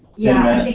yeah.